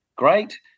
Great